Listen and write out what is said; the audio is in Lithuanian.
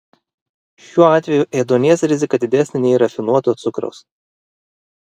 šiuo atveju ėduonies rizika didesnė nei rafinuoto cukraus